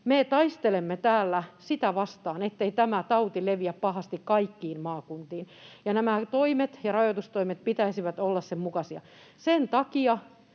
Me taistelemme täällä sitä vastaan, ettei tämä tauti leviä pahasti kaikkiin maakuntiin, ja näiden rajoitustoimien pitäisi olla sen mukaisia. Sen takia